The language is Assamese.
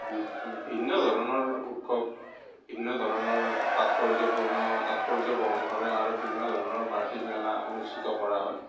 ভিন্ন ধৰণৰ উৎসৱ ভিন্ন ধৰণৰ তাৎপৰ্যপূৰ্ণ তাৎপৰ্য বহন কৰে আৰু ভিন্ন ধৰণৰ বাৰ্ষিক মেলা অনুষ্ঠিত কৰা হয়